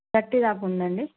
పట్టి రాకుండా అండి